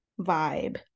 vibe